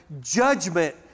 judgment